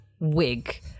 wig